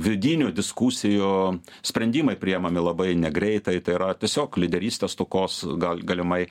vidinių diskusijų sprendimai priimami labai negreitai tai yra tiesiog lyderystės stokos gal galimai